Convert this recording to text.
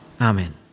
Amen